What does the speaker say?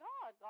God